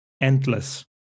endless